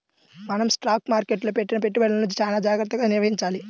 మనం స్టాక్ మార్కెట్టులో పెట్టిన పెట్టుబడులను చానా జాగర్తగా నిర్వహించాలి